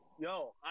Yo